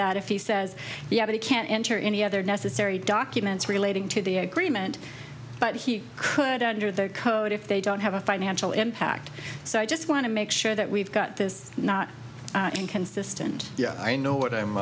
that if he says the i can't enter any other necessary documents relating to the agreement but he could under their code if they don't have a financial impact so i just want to make sure that we've got this not inconsistent yeah i know what i'm